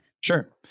Sure